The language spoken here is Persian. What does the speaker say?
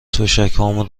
تشکهام